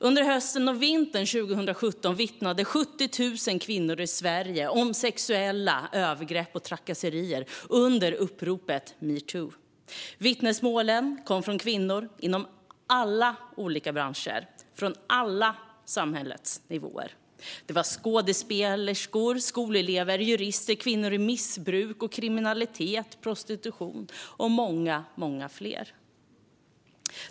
Under hösten och vintern 2017 vittnade 70 000 kvinnor i Sverige om sexuella övergrepp och trakasserier under uppropet metoo. Vittnesmålen kom från kvinnor inom alla olika branscher och från alla samhällets nivåer. Det var skådespelerskor, skolelever, jurister, kvinnor i missbruk, kriminalitet och prostitution och många, många fler.